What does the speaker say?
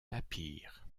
napier